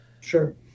Sure